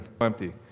Empty